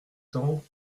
temps